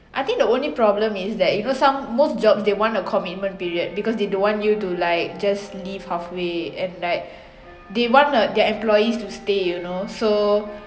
I think the only problem is that you know some most jobs they want a commitment period because they don't want you to like just leave halfway and like they want a their employees to stay you know so